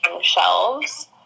shelves